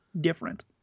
different